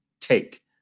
take